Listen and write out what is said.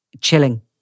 chilling